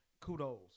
Kudos